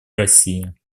россия